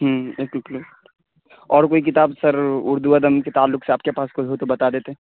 ہوں اور کوئی کتاب سر اردو ادب کے تعلق سے آپ کے پاس کوئی ہو تو بتا دیتے